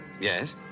Yes